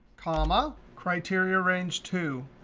comma. criteria range two.